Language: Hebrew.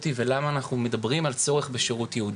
ולמה אנחנו מדברים על צורך בשירות ייעודי.